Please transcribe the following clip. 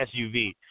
SUV